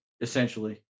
essentially